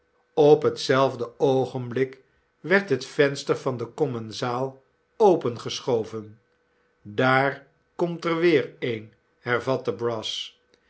op hetzelfde oogenblik werd het venster van den commensaal opengeschoven daar komfc er weer een hervatte brass